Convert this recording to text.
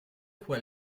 fue